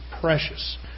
Precious